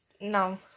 No